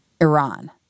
Iran